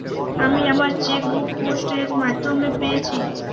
আমি আমার chequebook post এর মাধ্যমে পেয়েছি